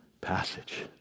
passage